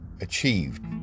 achieved